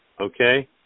okay